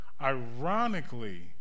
ironically